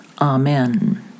Amen